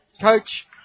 Coach